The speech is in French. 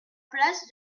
place